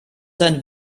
sein